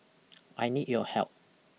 I need your help